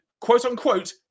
quote-unquote